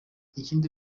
ikindi